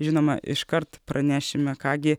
žinoma iškart pranešime ką gi